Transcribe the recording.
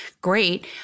Great